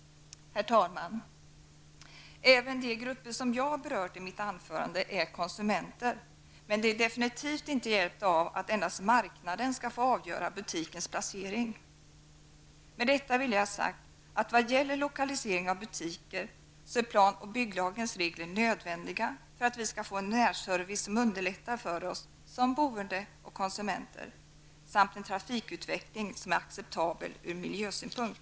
Herr talman! Även de grupper som jag har berört i mitt anförande är konsumenter, men de är absolut inte hjälpta av att endast marknaden skall få avgöra butikens placering. Med detta vill jag ha sagt att vad gäller lokalisering av butiker är plan och bygglagens regler nödvändiga för att vi skall få en närservice som underlättar för oss som boende och konsumenter, samt en trafikutveckling som är acceptabel ur miljösynpunkt.